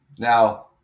Now